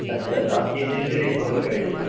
اچھا اچھا آپ تین دن کے لیے سفر کریں گے